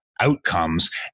outcomes